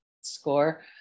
score